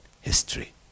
history